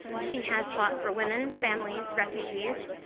she has fought for women, families, refugees,